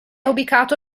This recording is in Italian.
ubicato